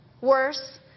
Worse